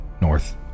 north